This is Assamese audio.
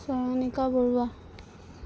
চয়নিকা বৰুৱা